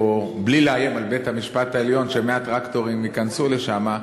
או בלי לאיים על בית-המשפט העליון ש-100 טרקטורים ייכנסו לשם,